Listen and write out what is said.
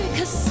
Cause